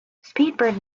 speedbird